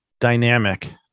dynamic